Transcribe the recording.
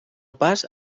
pas